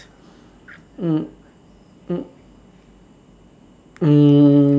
mm mm mm